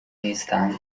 نیستند